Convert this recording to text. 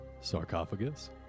sarcophagus